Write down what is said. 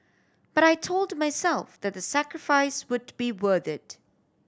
but I told myself that the sacrifice would be worth it